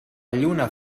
lluna